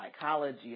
psychology